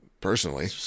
Personally